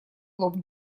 лоб